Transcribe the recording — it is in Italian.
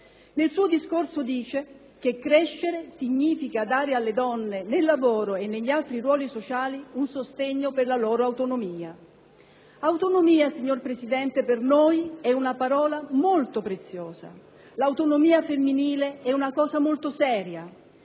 Nel suo discorso dice che crescere significa dare alle donne, nel lavoro e negli altri ruoli sociali, un sostegno per la loro autonomia. Autonomia, signor Presidente, per noi è una parola molto preziosa. L'autonomia femminile è una cosa molto seria: